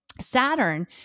Saturn